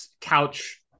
couch